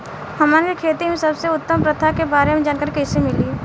हमन के खेती में सबसे उत्तम प्रथा के बारे में जानकारी कैसे मिली?